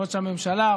ראש הממשלה,